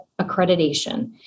accreditation